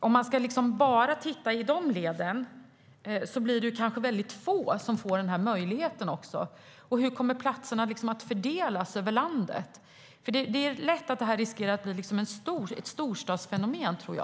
Om man bara ska titta i de leden blir det kanske väldigt få som får möjligheten. Och hur kommer platserna att fördelas över landet? Detta riskerar att bli ett storstadsfenomen, tror jag.